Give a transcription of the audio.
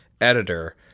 editor